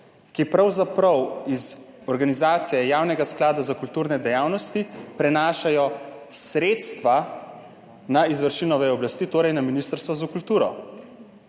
ki pravzaprav iz organizacije Javni sklad za kulturne dejavnosti prenašajo sredstva na izvršilno vejo oblasti, torej na Ministrstvo za kulturo,